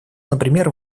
например